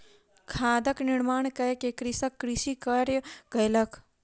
खादक निर्माण कय के कृषक कृषि कार्य कयलक